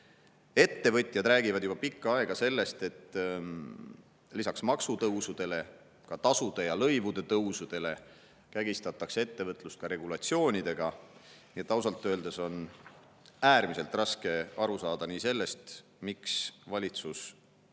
Ettevõtjad räägivad juba pikka aega, et lisaks maksutõusudele ning ka tasude ja lõivude tõusudele kägistatakse ettevõtlust regulatsioonidega. Nii et ausalt öeldes on äärmiselt raske aru saada, miks valitsus